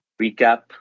recap